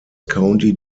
county